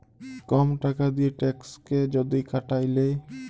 কম টাকা দিঁয়ে ট্যাক্সকে যদি কাটায় লেই